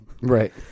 right